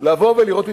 לבוא ולראות אתנו,